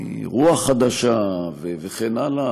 רוח חדשה וכן הלאה,